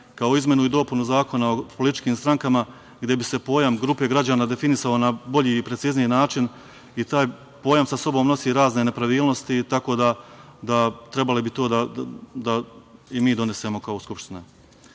kao i izmenu i dopunu Zakona o političkim strankama gde bi se pojam grupe građana definisao na bolji i precizniji način i taj pojam sa sobom nosi razne nepravilnosti tako da bi trebalo to da i mi donesemo kao Skupština. Novi